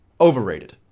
Overrated